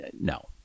no